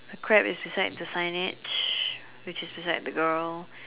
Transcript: the crab is beside the signage which is beside the girl